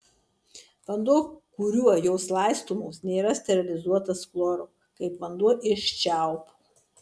vanduo kuriuo jos laistomos nėra sterilizuotas chloru kaip vanduo iš čiaupo